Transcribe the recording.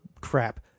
crap